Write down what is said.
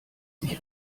sich